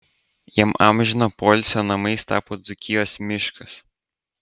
jam amžino poilsio namais tapo dzūkijos miškas